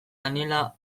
daniella